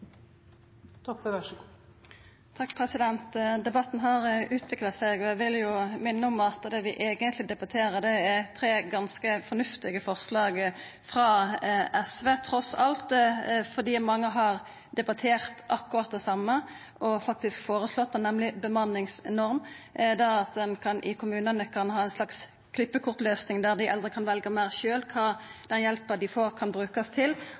tre ganske fornuftige forslag frå SV. Mange har debattert akkurat det same og faktisk foreslått det, nemleg bemanningsnorm – det at ein i kommunane kan ha ei slags klippekortløysing der dei eldre kan velja meir sjølve kva hjelpa dei får, skal brukast til